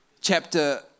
chapter